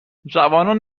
جوانان